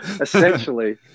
essentially